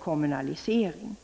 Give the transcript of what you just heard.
kommunalisering.